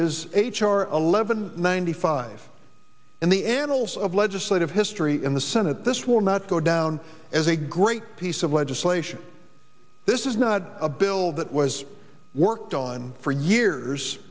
is h r eleven ninety five in the annals of legislative history in the senate this will not go down as a great piece of legislation this is not a bill that was worked on for years